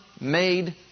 made